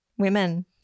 women